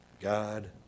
God